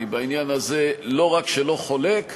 אני בעניין הזה לא רק שלא חולק,